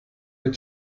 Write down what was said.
you